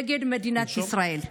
נגד מדינת ישראל.